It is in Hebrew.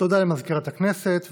תודה למזכירת הכנסת.